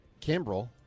Kimbrell